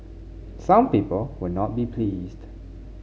some people will not be pleased